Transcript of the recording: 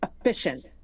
Efficient